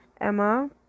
Emma